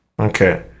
Okay